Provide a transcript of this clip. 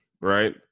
right